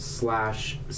Slash